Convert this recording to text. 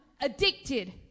addicted